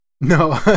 No